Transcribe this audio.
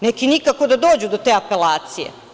Neki nikako da dođu do te apelacije.